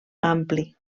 ampli